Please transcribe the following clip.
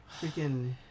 Freaking